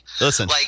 Listen